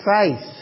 faith